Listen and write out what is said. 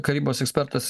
karybos ekspertas